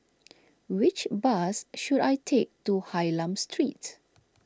which bus should I take to Hylam Street